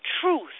truth